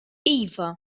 iva